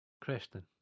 Creston